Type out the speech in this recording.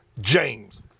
James